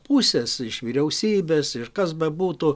pusės iš vyriausybės ir kas bebūtų